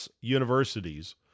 universities